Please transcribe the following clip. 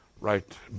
right